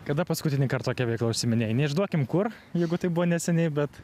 kada paskutinįkart tokia veikla užsiiminėjai neišduokim kur jeigu tai buvo neseniai bet